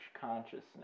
consciousness